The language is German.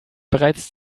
bereits